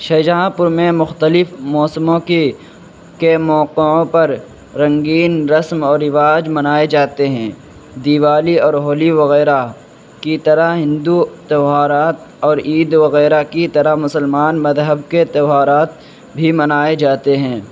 شاہجہاں پور میں مختلف موسموں کی کے موقعوں پر رنگین رسم اور رواج منائے جاتے ہیں دیوالی اور ہولی وغیرہ کی طرح ہندو تہوارات اور عید وغیرہ کی طرح مسلمان مذہب کے تہوارات بھی منائے جاتے ہیں